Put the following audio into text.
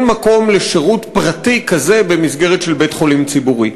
מקום לשירות פרטי כזה במסגרת של בית-חולים ציבורי,